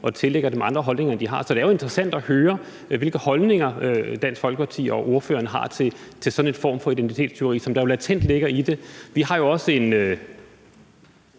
og tillægger dem andre holdninger, end de har. Så det er jo interessant at høre, hvilke holdninger Dansk Folkeparti og ordføreren har til sådan en form for identitetstyveri, som der latent ligger i det. Vi har jo også et